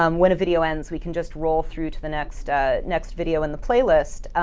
um when a video ends, we can just roll through to the next next video in the playlist.